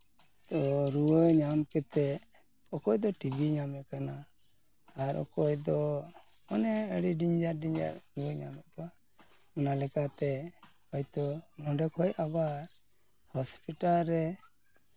ᱛᱚ ᱨᱩᱣᱟᱹ ᱧᱟᱢ ᱠᱟᱛᱮ ᱚᱠᱚᱭ ᱫᱚ ᱴᱤᱵᱷᱤ ᱧᱟᱢᱮ ᱠᱟᱱᱟ ᱟᱨ ᱚᱠᱚᱭ ᱫᱚ ᱢᱟᱱᱮ ᱟᱹᱰᱤ ᱰᱮᱱᱡᱟᱨ ᱰᱮᱱᱡᱟᱨ ᱨᱩᱣᱟᱹ ᱧᱟᱢ ᱠᱚᱣᱟ ᱚᱱᱟ ᱞᱮᱠᱟᱛᱮ ᱦᱚᱭᱛᱳ ᱱᱚᱰᱮ ᱠᱷᱚᱡ ᱟᱵᱟᱨ ᱦᱚᱥᱯᱤᱴᱟᱞ ᱨᱮ